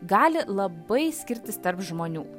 gali labai skirtis tarp žmonių